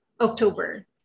October